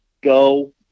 Go